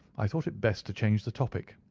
i thought it best to change the topic.